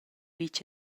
vitg